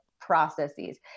processes